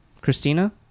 Christina